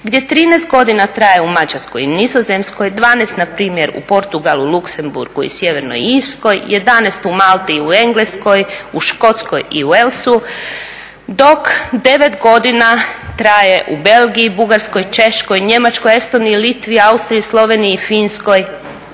Gdje 13 godina traje u Mađarskoj i Nizozemskoj, 12 npr. u Portugalu, Luxembourgu i Sjevernoj Irskoj, 11 u Malti i u Engleskoj, u Škotskoj i Walsu dok 9 godina traje u Belgiji, Bugarskoj, Češkoj, Njemačkoj, Estoniji, Litvi, Austriji, Sloveniji i Finskoj